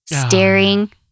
staring